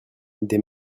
des